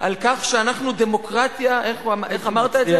על כך שאנחנו דמוקרטיה, איך אתה אמרת את זה?